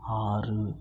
ஆறு